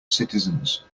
citizens